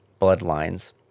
bloodlines